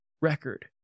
record